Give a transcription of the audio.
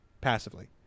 passively